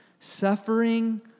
Suffering